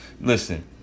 Listen